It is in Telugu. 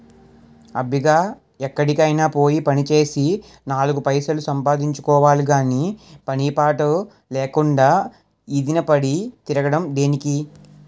అబ్బిగా ఎక్కడికైనా పోయి పనిచేసి నాలుగు పైసలు సంపాదించుకోవాలి గాని పని పాటు లేకుండా ఈదిన పడి తిరగడం దేనికి?